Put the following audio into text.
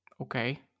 Okay